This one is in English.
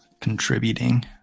contributing